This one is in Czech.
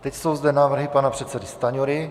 Teď jsou zde návrhy pana předsedy Stanjury.